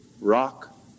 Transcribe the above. rock